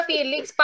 Felix